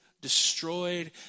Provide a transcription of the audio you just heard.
destroyed